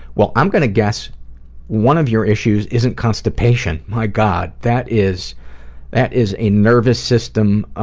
well i'm gonna guess one of your issues isn't constipation. my god, that is that is a nervous system